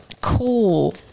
Cool